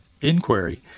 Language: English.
inquiry